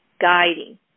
guiding